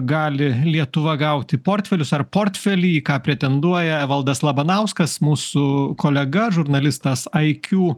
gali lietuva gauti portfelius ar portfelį į ką pretenduoja evaldas labanauskas mūsų kolega žurnalistas iq